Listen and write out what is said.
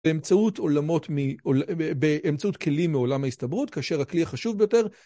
באמצעות עולמות, באמצעות כלים מעולם ההסתברות, כאשר הכלי החשוב ביותר...